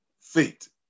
Faith